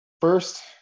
First